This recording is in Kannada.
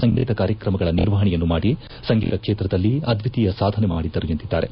ಸಂಗೀತ ಕಾರ್ಯಕ್ರಮಗಳ ನಿರ್ವಹಣೆಯನ್ನೂ ಮಾಡಿ ಸಂಗೀತ ಕ್ಷೇತ್ರದಲ್ಲಿ ಅದ್ವಿತೀಯ ಸಾಧನೆ ಮಾಡಿದ್ದರು ಎಂದಿದ್ದಾರೆ